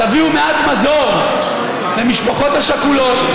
תביאו מעט מזור למשפחות השכולות,